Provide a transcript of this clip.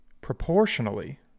Proportionally